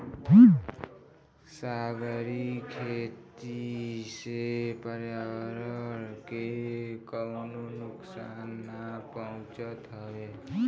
सागरी खेती से पर्यावरण के कवनो नुकसान ना पहुँचत हवे